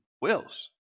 wills